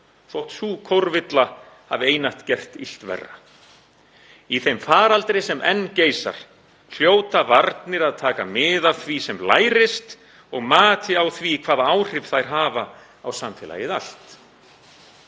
þótt sú kórvilla hafi einatt gert illt verra. Í þeim faraldri sem enn geisar hljóta varnir að taka mið af því sem lærist og mati á því hvaða áhrif þær hafa á samfélagið allt.